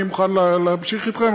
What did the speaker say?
אני מוכן להמשיך אתכם.